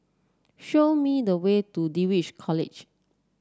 show me the way to Dulwich College